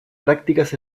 prácticas